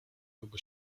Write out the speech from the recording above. kogo